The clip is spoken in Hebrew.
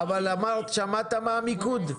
שמעת מה המיקוד?